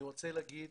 אני רוצה להגיד